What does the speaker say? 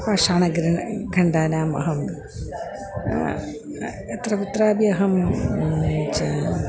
पाषाणघण्टानाम् अहम् यत्र कुत्रापि अहं च